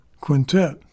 quintet